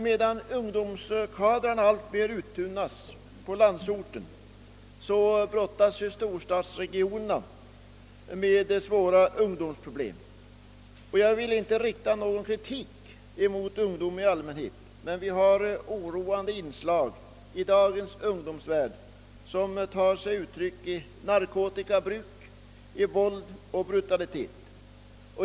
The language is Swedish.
Medan ungdomskadrarna uttunnas alltmer i landsorten brottas storstadsregionerna med svåra ungdomsproblem. Jag vill inte rikta någon kritik mot ungdomen i allmänhet, men vi har oroande inslag i dagens ungdomsvärld, vilka tar sig uttryck i narkotikabruk, våld och brutalitet.